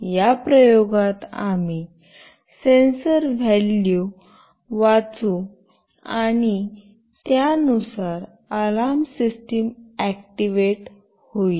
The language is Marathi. या प्रयोगात आम्ही सेन्सर व्हॅलू वाचू आणि त्यानुसार अलार्म सिस्टम ऍक्टिव्हेट होईल